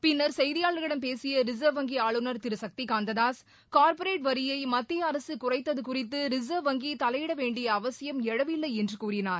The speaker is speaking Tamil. பின்னர் செய்தியாளர்களிடம் பேசிய ரிசர்வ் வங்கி ஆளுநர் திரு சக்தி காந்ததாஸ் கார்ப்பரேட் வரியை மத்திய அரசு குறைத்தது குறித்து ரிசர்வ் வங்கி தலையிட வேண்டிய அவசியம் எழவில்லை என்று கூறினார்